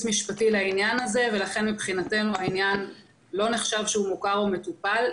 משפטי לעניין הזה ולכן מבחינתנו העניין לא נחשב מוכר או מטופל.